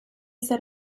set